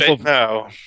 now